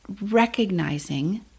recognizing